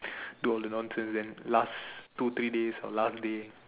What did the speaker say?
do all the nonsense and laugh two three days or last day